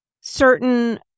certain